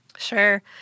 Sure